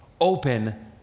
open